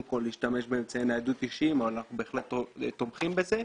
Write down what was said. כל להשתמש באמצעי ניידות אישיים אבל אנחנו בהחלט תומכים בזה.